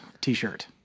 T-shirt